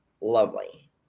Lovely